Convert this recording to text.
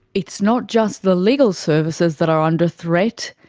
it's not just the legal services that are under threat.